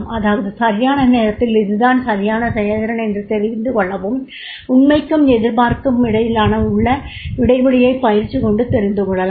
அதாவது சரியான நேரத்தில் இது தான் சரியான செயல்திறன் என்று தெரிந்துகொள்ளவும் உண்மைக்கும் எதிர்பார்ப்பிற்கும் இடையில் உள்ள இடைவெளியைப் பயிற்சி கொண்டு தெரிந்துகொள்ளலாம்